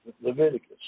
Leviticus